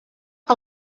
que